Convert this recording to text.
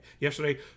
yesterday